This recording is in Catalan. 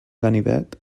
ganivet